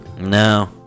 No